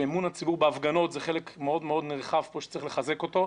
שאמון הציבור בהפגנות זה חלק מאוד מאוד נרחב שצריך לחזק אותו,